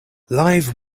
live